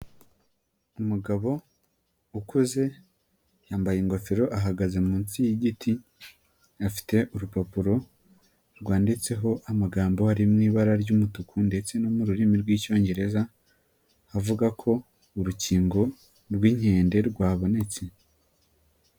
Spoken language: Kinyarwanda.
Umugabo ukuze yambaye ingofero ahagaze munsi y'igiti, afite urupapuro rwanditseho amagambo ari mu ibara ry'umutuku ndetse no mu rurimi rw'Icyongereza avuga ko urukingo rw'inkende rwabonetse.